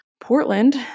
Portland